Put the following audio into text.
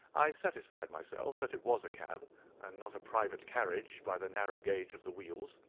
i satisfied myself that it was a cab and not a private carriage by the narrow gauge of the wheels.